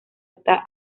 esta